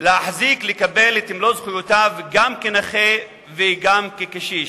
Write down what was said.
לקבל את מלוא זכויותיו גם כנכה וגם כקשיש.